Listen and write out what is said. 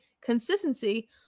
consistency